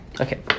Okay